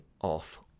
off